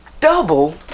double